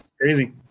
crazy